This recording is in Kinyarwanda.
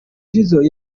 jizzo